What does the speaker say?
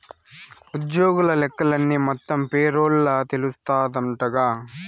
ఉజ్జోగుల లెక్కలన్నీ మొత్తం పేరోల్ల తెలస్తాందంటగా